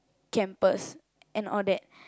campus and all that